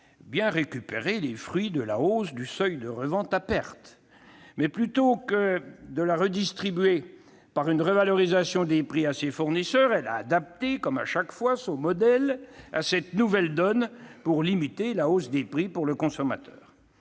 bien récupéré les fruits de la hausse du seuil de revente à perte (SRP), mais plutôt que de les redistribuer par une revalorisation des prix accordée à ses fournisseurs, elle a adapté, comme à chaque fois, son modèle à cette nouvelle donne pour limiter l'augmentation des prix pour le consommateur.